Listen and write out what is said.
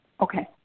Okay